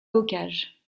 bocage